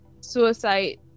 Suicide